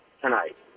tonight